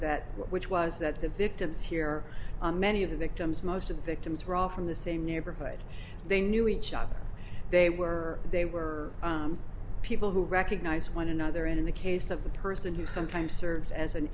that which was that the victims here many of the victims most of the victims were all from the same neighborhood they knew each other they were they were people who recognize one another in the case of the person who sometimes serves as an